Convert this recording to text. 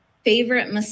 Favorite